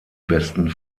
besten